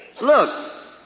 Look